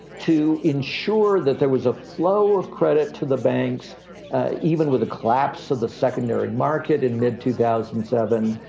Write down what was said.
to ensure that there was a flow of credit to the banks even with the collapse of the secondary market in mid two thousand and seven,